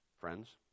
friends